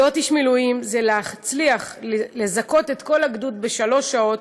להיות איש מילואים זה להצליח לזכות את כל הגדוד בשלוש שעות,